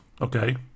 Okay